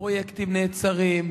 פרויקטים נעצרים,